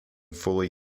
fully